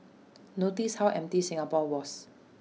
notice how empty Singapore was